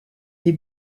des